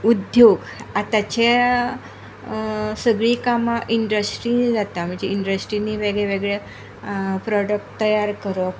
उद्योग आताचे सगळीं कामां इंडस्ट्रीन जाता म्हणजे इंडस्ट्रीनी वेगळें वेगळें प्रोडक्ट तयार करप